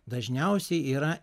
dažniausiai yra